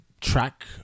track